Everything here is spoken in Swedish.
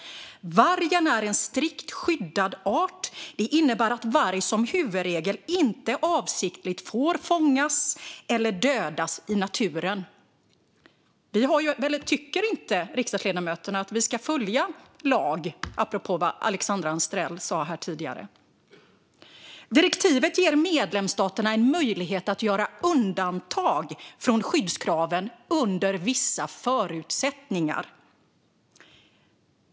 Vargen är en strikt skyddad art. Det innebär att varg som huvudregel inte avsiktligt får fångas eller dödas i naturen. Tycker inte riksdagsledamöterna att vi ska följa lagar, apropå vad Alexandra Anstrell sa här tidigare? Direktivet ger medlemsstaterna en möjlighet att göra undantag från skyddskraven under vissa förutsättningar.